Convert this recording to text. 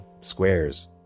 squares